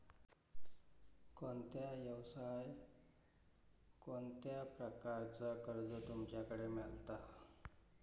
कोणत्या यवसाय कोणत्या प्रकारचा कर्ज तुमच्याकडे मेलता?